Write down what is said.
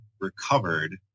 recovered